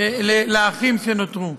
כי אין תגמולים קבועים חודשיים לאחים שנותרו.